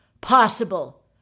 possible